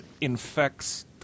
infects